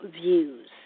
views